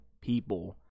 people